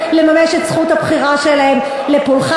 לממש את זכות הבחירה לפולחן,